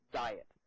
diet